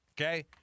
Okay